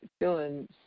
feeling